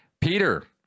Peter